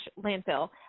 landfill